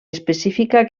específica